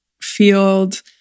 field